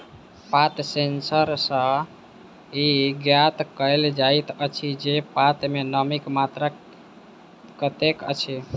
पात सेंसर सॅ ई ज्ञात कयल जाइत अछि जे पात मे नमीक मात्रा कतेक अछि